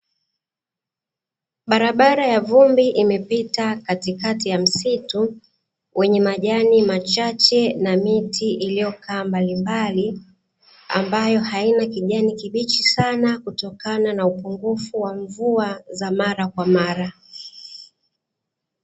Barabara ya vumbi imepita katikati ya msitu wenye majani machache na miti iliyokaa mbalimbali, ambayo haina kijani kibichi sana kutokana na upungufu wa mvua za mara kwa mara.